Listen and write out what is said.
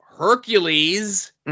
hercules